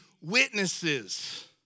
witnesses